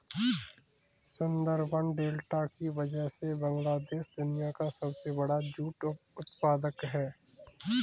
Sundarban delta की वजह से बांग्लादेश दुनिया का सबसे बड़ा जूट उत्पादक है